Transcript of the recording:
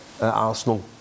Arsenal